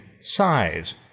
size